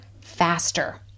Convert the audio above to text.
faster